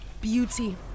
Beauty